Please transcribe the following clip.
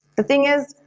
the thing is,